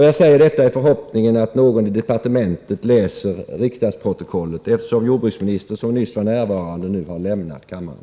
Jag säger detta i förhoppningen om att någon i departementet läser riksdagsprotokollet, eftersom jordbruksministern, som nyss var närvarande, nu har lämnat kammaren.